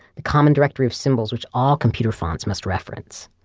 the common directory of symbols which all computer fonts must reference.